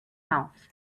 mouth